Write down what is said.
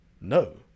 No